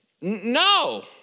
No